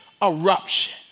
eruption